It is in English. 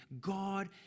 God